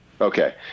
Okay